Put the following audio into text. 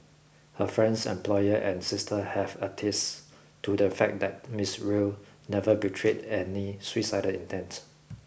her friends employer and sister have attested to the fact that Miss Rue never betrayed any suicidal intents